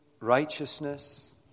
righteousness